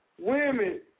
Women